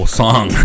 song